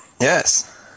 yes